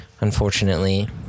unfortunately